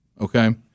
Okay